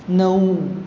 नऊ